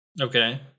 Okay